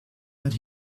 that